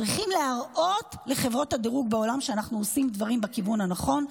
צריכים להראות לחברות הדירוג בעולם שאנחנו עושים דברים בכיוון הנכון,